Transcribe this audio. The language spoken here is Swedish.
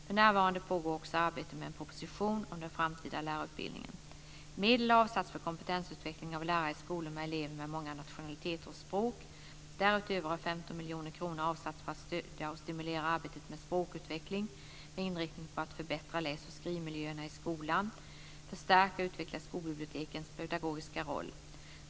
För närvarande pågår också arbetet med en proposition om den framtida lärarutbildningen. Medel har avsatts för kompetensutveckling av lärare i skolor med elever med många nationaliteter och språk. Därutöver har 15 miljoner kronor avsatts för att bl.a. stödja och stimulera arbetet med språkutveckling med inriktning på att förbättra läs och skrivmiljöerna i skolan och för förstärka och utveckla skolbibliotekens pedagogiska roll.